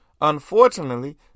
Unfortunately